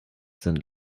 sind